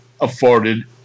afforded